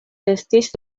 estis